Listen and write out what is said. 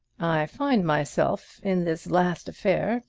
i find myself in this last affair,